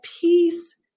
peace